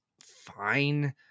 fine